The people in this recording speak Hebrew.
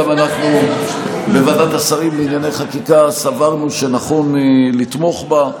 גם אנחנו בוועדת השרים לענייני חקיקה סברנו שנכון לתמוך בה.